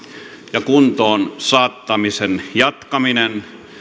ja kuntoonsaattamisen jatkaminen